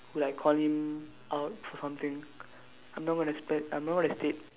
who like call him out for something I'm not going to spurt I'm not going to state